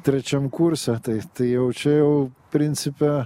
trečiam kurse tai tai jau čia jau principe